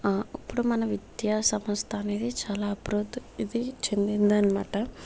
అప్పుడు మన విద్యాసమస్థ అనేది చాలా అభివృద్ది చెందిందన్మాట